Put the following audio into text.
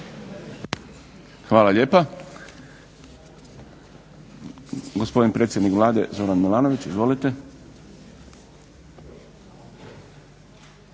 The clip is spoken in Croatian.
Hvala lijepa. Gospodin predsjednik Vlade Zoran Milanović. Izvolite.